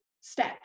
step